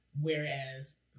Whereas